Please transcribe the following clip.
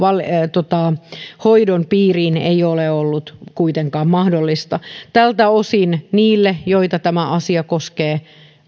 hoidon piiriin ei ole kuitenkaan ollut tältä osin niille joita tämä asia koskee